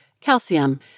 Calcium